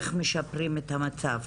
איך משפרים את המצב.